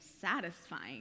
satisfying